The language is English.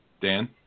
Dan